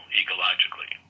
ecologically